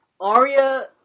Arya